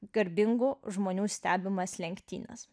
garbingų žmonių stebimas lenktynes